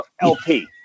LP